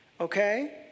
Okay